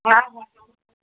हा हा